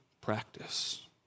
practice